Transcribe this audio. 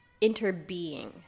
interbeing